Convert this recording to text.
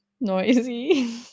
noisy